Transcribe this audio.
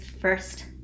first